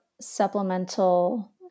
supplemental